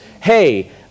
hey